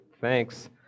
thanks